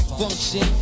function